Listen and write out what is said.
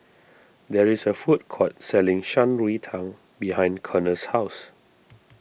there is a food court selling Shan Rui Tang behind Connor's house